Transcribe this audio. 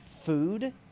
food